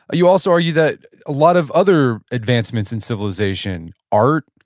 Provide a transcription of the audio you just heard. you also argue that a lot of other advancements in civilization, art,